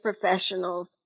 professionals